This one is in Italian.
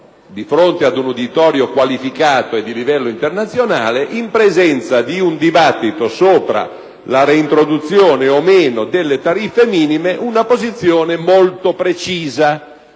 di fronte a un uditorio qualificato e di livello internazionale, in presenza di un dibattito sopra la reintroduzione o meno delle tariffe minime, una posizione molto precisa